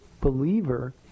believer